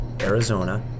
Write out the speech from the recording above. Arizona